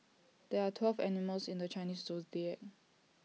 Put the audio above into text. there are twelve animals in the Chinese Zodiac